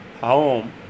home